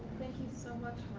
so much